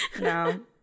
no